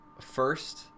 First